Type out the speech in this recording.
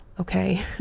Okay